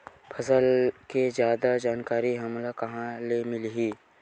फसल के जादा जानकारी हमला कहां ले मिलही?